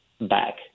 back